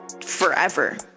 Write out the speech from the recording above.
forever